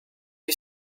you